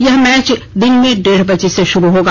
यह मैच दिन में डेढ़ बजे से शुरू होगा